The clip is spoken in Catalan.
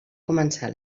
començar